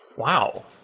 Wow